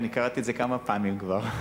אני קראתי את זה כמה פעמים כבר.